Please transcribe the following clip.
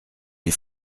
les